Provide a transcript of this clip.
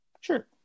Sure